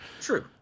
true